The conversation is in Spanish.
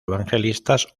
evangelistas